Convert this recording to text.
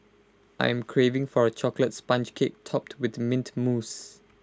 I am craving for A Chocolate Sponge Cake Topped with Mint Mousse